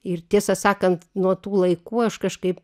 ir tiesą sakant nuo tų laikų aš kažkaip